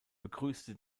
begrüßte